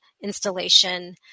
installation